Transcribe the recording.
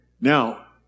Now